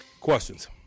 questions